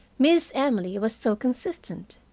miss emily was so consistent,